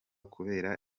kubera